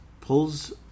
pulls